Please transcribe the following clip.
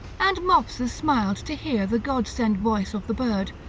and mopsus smiled to hear the god-sent voice of the bird,